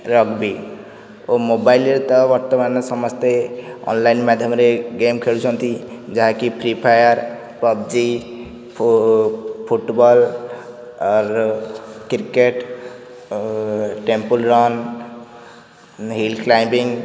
rugby ଓ ମୋବାଇଲରେ ତ ବର୍ତ୍ତମାନ ସମସ୍ତେ ଅନଲାଇନ୍ ମାଧ୍ୟମରେ ଗେମ୍ ଖେଳୁଛନ୍ତି ଯାହାକି ଫ୍ରିଫାୟାର ପବଜି ଫୁଟବଲ୍ ଆଉ cricket temple run hill climbing